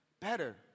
better